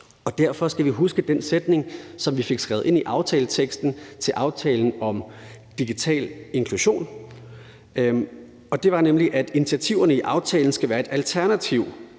Derfor skal vi huske den sætning, som vi fik skrevet ind i aftaleteksten i aftalen om digital inklusion, og det var nemlig, at initiativerne i aftalen ikke skal være et alternativ,